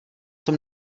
tom